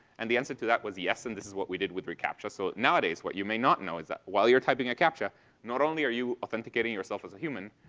and the answer to that was yes. and this is what we did with recaptcha. so nowadays what you may not know is that while you're typing a captcha not only are you authenticating yourself as a human,